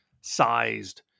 sized